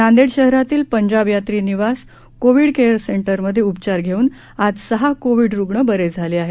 नांदेड शहरातील पंजाब यात्री निवास कोविड केयर सेंटर मध्ये उपचार घेऊन आज सहा कोविड रूग्ण बरे झाले आहेत